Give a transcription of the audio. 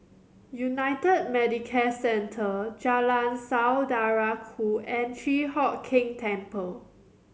United Medicare Centre Jalan Saudara Ku and Chi Hock Keng Temple